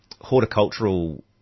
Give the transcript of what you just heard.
horticultural